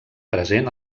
present